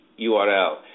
URL